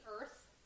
Earth